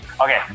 okay